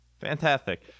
fantastic